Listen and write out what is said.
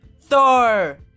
Thor